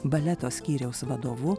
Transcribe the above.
baleto skyriaus vadovu